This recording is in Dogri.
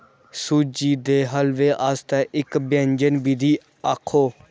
सूजी दे हलवे आस्तै इक व्यंजन विधि आक्खो